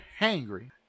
hangry